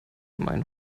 mein